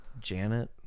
janet